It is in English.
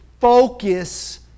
focus